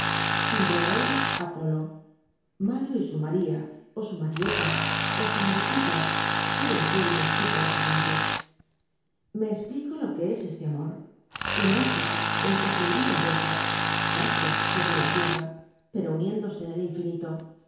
loco thymbronis apollo mario y su maría ó su marieta ó su mariquita deben ser unos picaros amantes me esplicolo que es este amor un éstasis en que se olvida el beso castos sobre la tierra pero uniéndose en el infinito